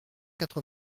quatre